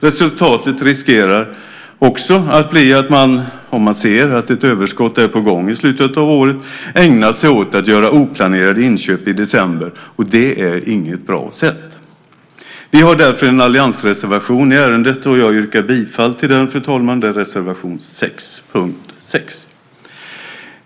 Resultatet riskerar också att bli att man ägnar sig åt att göra oplanerade inköp i december om man ser att ett överskott är på gång i slutet av året. Det är inget bra sätt. Vi har därför en alliansreservation i ärendet. Jag yrkar bifall till den, fru talman. Det är reservation 6 under punkt 6.